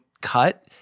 cut